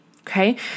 Okay